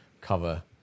cover